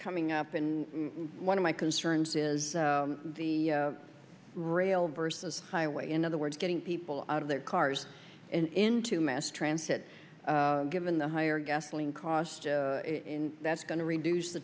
coming up and one of my concerns is the rail versus highway in other words getting people out of their cars and into mass transit given the higher gasoline cost that's going to reduce the